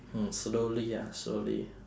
mm slowly ah slowly